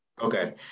Okay